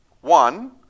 One